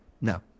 no